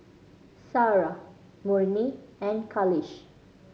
Sarah Murni and Khalish